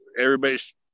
everybody's